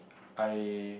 I